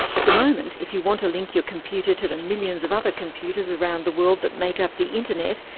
at the moment, if you want to link your computer to the millions of other computers around the world that make up the internet,